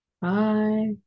Bye